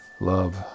love